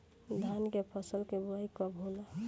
धान के फ़सल के बोआई कब होला?